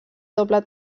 doble